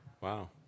Wow